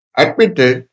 admitted